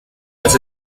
las